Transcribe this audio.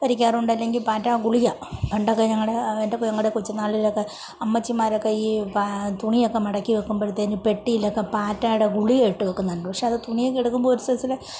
വരയ്ക്കാറുണ്ട് അല്ലെങ്കിൽ പാറ്റ ഗുളിക പണ്ടൊക്കെ ഞങ്ങളുടെ ആ എന്റെ ഞങ്ങളുടെ കൊച്ചുനാളിലൊക്കെ അമ്മച്ചിമാരൊക്കെ ഈ തുണിയൊക്കെ മടക്കി വെക്കുമ്പോഴത്തേക്കും പെട്ടിയിലൊക്കെ പാറ്റയുടെ ഗുളിക ഇട്ടു വെക്കുന്നുണ്ട് പക്ഷെ അത് തുണിയൊക്കെ എടുക്കുമ്പോൾ ഒരു സൈസിലെ